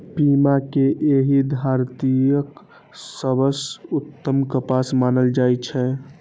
पीमा कें एहि धरतीक सबसं उत्तम कपास मानल जाइ छै